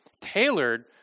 tailored